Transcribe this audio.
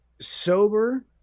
Sober